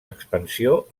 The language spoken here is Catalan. expansió